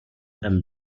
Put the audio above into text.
and